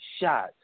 shot